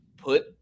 put